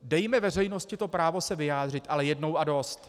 Dejme veřejnosti právo se vyjádřit, ale jednou a dost.